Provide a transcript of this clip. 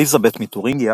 אליזבת מתורינגיה